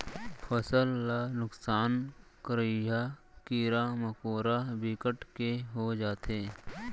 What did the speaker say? फसल ल नुकसान करइया कीरा मकोरा बिकट के हो जाथे